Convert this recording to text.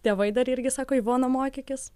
tėvai dar irgi sako ivona mokykis